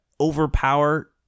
overpower